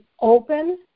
open